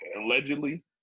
allegedly